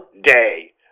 day